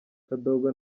kadogo